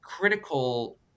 critical